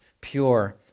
pure